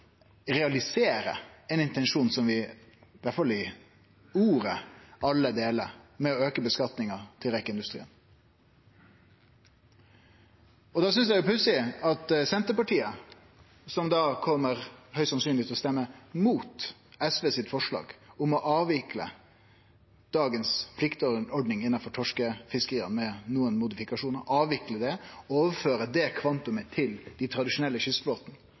realisere ein intensjon som vi alle deler – i alle fall i ordet – om å auke ressursutnyttinga til rekeindustrien. Da synest eg det er pussig med Senterpartiet, som høgst sannsynleg kjem til å stemme mot forslaget til SV om, med nokre modifikasjonar, å avvikle dagens pliktordning innanfor torskefiskeria og overføre det kvantumet til den tradisjonelle kystflåten.